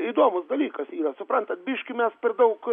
įdomus dalykas yra suprantat biškį mes per daug